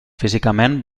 físicament